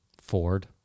Ford